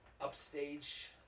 upstage